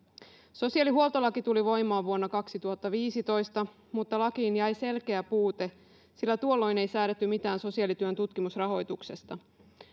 sosiaalihuoltolaki tuli voimaan vuonna kaksituhattaviisitoista mutta lakiin jäi selkeä puute sillä tuolloin ei säädetty mitään sosiaalityön tutkimusrahoituksesta